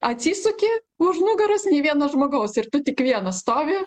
atsisuki už nugaros nei vieno žmogaus ir tu tik vienas stovi